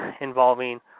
involving